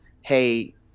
hey